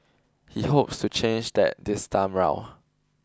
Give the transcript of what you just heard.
he hopes to change that this time round